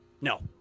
No